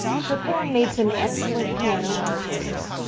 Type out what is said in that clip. chopin made some excellent piano artists.